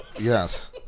yes